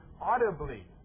audibly